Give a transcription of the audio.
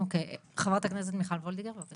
אוקיי, חברת הכנסת מיכל וולדיגר, בבקשה.